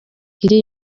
iri